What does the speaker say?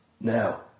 now